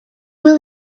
will